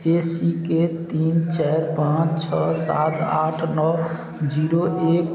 ए C के तीन चारि पाँच छओ सात आठ नओ जीरो एक